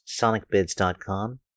sonicbids.com